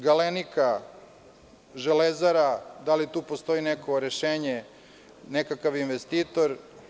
Galenika“, Železara, da li tu postoji neko rešenje, nekakav investitor.